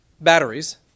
batteries